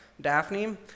Daphne